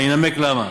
אני אנמק למה.